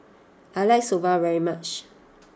I like Soba very much